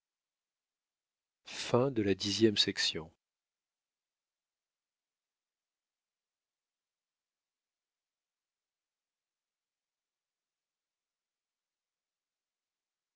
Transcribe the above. de la vie